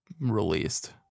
released